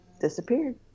disappeared